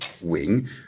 Wing